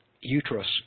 uterus